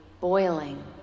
boiling